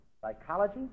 Psychology